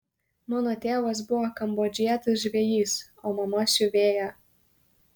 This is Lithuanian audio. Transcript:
mano tėvas buvo kambodžietis žvejys o mama siuvėja